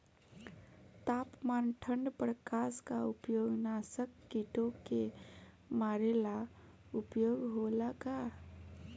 तापमान ठण्ड प्रकास का उपयोग नाशक कीटो के मारे ला उपयोग होला का?